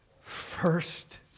First